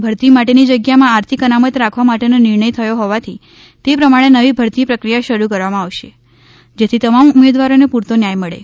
ભરતી માટેની જગ્યામાં આર્થિક અનામત રાખવા માટેનો નિર્ણય થયો હોવાથી તે પ્રમાણે નવી ભરતી પ્રક્રિયા શરૂ કરવામાં આવશે જેથી તમામ ઉમેદવારોને પૂરતો ન્યાય મળે